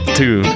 two